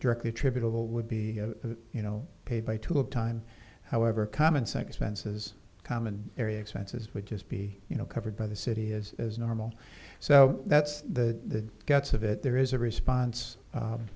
directly attributable would be you know paid by took time however common sixpences common area expenses would just be you know covered by the city is as normal so that's the guts of it there is a response